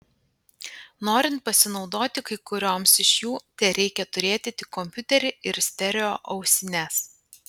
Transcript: norint pasinaudoti kai kurioms iš jų tereikia turėti tik kompiuterį ir stereo ausines